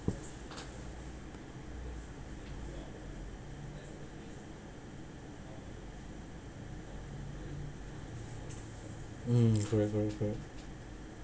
mm forever forever